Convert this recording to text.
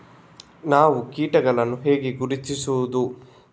ನಾವು ಕೀಟಗಳನ್ನು ಹೇಗೆ ಗುರುತಿಸುವುದು?